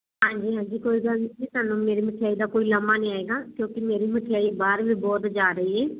ਹਾਂਜੀ ਹਾਂਜੀ ਕੋਈ ਗੱਲ ਨਹੀਂ ਸਾਨੂੰ ਮੇਰੀ ਮਿਠਿਆਈ ਦਾ ਕੋਈ ਲਾਂਭਾ ਨਹੀਂ ਆਏਗਾ ਕਿਉਂਕਿ ਮੇਰੀ ਮਠਿਆਈ ਬਾਹਰ ਵੀ ਬਹੁਤ ਜਾ ਰਹੀ